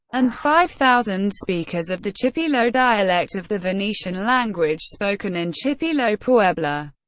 and five thousand speakers of the chipilo dialect of the venetian language spoken in chipilo, puebla.